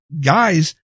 guys